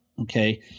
okay